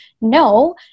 No